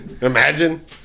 imagine